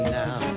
now